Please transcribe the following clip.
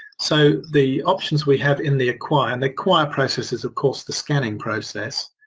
so the options we have in the acquire, and the acquire process is of course the scanning process,